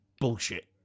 bullshit